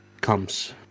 comes